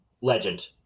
Legend